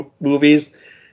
movies